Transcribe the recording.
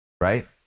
Right